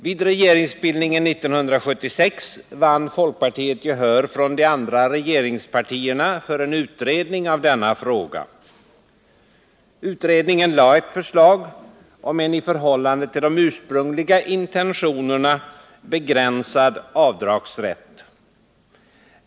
Vid regeringsbildningen 1976 vann folkpartiet gehör från de andra regeringspartierna för en utredning av denna fråga. Utredningen lade fram ett förslag om en i förhållande till de ursprungliga intentionerna begränsad avdragsrätt.